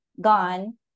gone